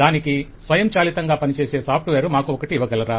దానికి స్వయంచాలితంగా పనిచేసే సాఫ్ట్ వేర్ మాకు ఒకటి ఇవ్వగలరా